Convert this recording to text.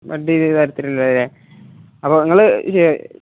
bud ചെയ്ത തരത്തിലുള്ളത് അല്ലേ അപ്പോള് നിങ്ങള്